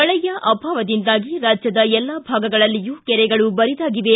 ಮಳೆಯ ಅಭಾವದಿಂದಾಗಿ ರಾಜ್ಯದ ಎಲ್ಲಾ ಭಾಗದಲ್ಲಿಯೂ ಕೆರೆಗಳು ಬರಿದಾಗಿವೆ